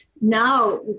Now